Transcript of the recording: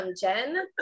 Jen